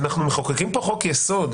אנחנו מחוקקים פה חוק-יסוד.